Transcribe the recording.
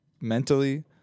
mentally